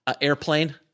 Airplane